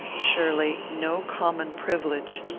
surely, no common privilege.